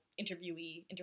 interviewee